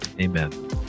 Amen